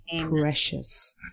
precious